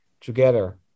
together